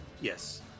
Yes